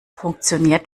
funktioniert